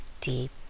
Deep